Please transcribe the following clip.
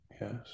yes